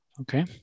Okay